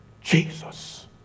jesus